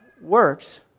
works